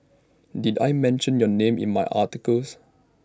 did I mention your name in my articles